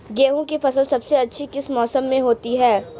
गेंहू की फसल सबसे अच्छी किस मौसम में होती है?